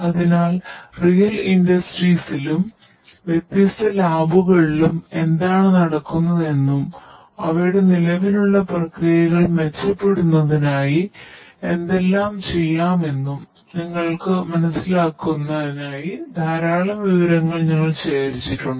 അതിനാൽ റിയൽ ഇൻഡസ്ട്രീസിലും വ്യത്യസ്ത ലാബുകളിലും എന്താണ് നടക്കുന്നതെന്നും അവയുടെ നിലവിലുള്ള പ്രക്രിയകൾ മെച്ചപ്പെടുത്തുന്നതിനായി എന്തെല്ലാം ചെയ്യാമെന്നും നിങ്ങൾക്ക് മനസിലാക്കുന്നതിനായി ധാരാളം വിവരങ്ങൾ ഞങ്ങൾ ശേഖരിച്ചിട്ടുണ്ട്